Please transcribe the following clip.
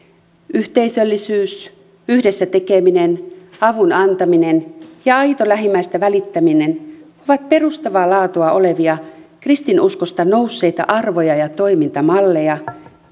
yhteisöllisyys yhdessä tekeminen avun antaminen ja aito lähimmäisestä välittäminen ovat perustavaa laatua olevia kristinuskosta nousseita arvoja ja toimintamalleja